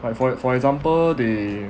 like for e~ for example they